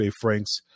Franks